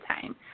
time